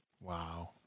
Wow